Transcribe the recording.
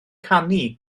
canu